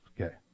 Okay